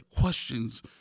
questions